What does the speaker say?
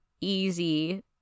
easy